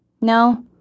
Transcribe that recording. No